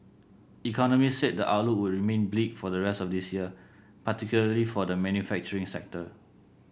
economists said the outlook would remain bleak for the rest of this year particularly for the manufacturing sector